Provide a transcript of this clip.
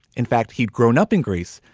in fact, he'd grown up in greece,